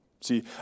See